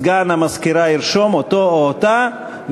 וסגן המזכירה ירשום אותו או אותה,